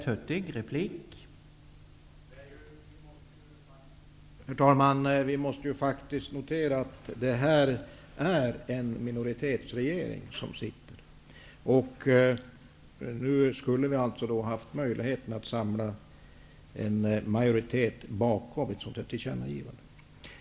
Herr talman! Vi måste faktiskt notera att det är en minoritetsregering som regerar. Nu skulle vi haft möjligheten att samla en majoritet bakom ett sådant tillkännagivande.